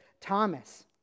Thomas